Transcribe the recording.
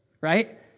right